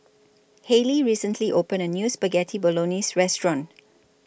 Haley recently opened A New Spaghetti Bolognese Restaurant